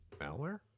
Malware